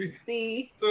See